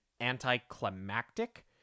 anticlimactic